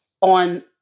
on